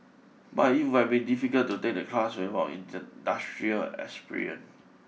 but it would have been difficult to take the class industrial experience